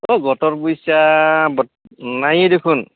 অঁ গোটৰ পইচা নায়েই দেখোন